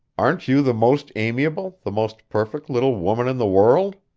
aren't you the most amiable, the most perfect little woman in the world?